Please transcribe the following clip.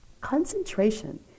Concentration